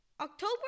October